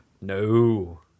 No